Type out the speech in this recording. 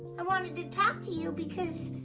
i wanted to talk to you because,